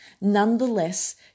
Nonetheless